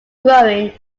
growing